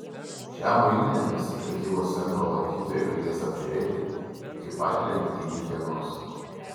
šią muilinę visi prekybos centro lankytojai galės apžiūrėti iki pat lenktynių dienos